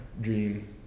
dream